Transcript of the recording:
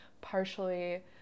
partially